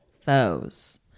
foes